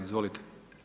Izvolite.